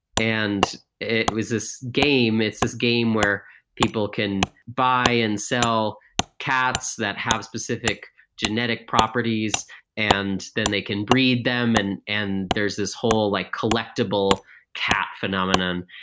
and it was this game. it's this game where people can buy and sell cats that have specific genetic properties and then they can breed them and and there's this whole like collectible collectible cat phenomenon.